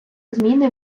зміни